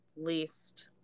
least